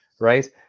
right